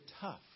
tough